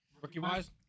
Rookie-wise